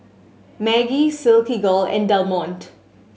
Maggi Silkygirl and Del Monte